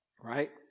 right